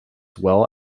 well